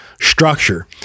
structure